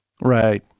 right